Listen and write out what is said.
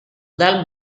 dal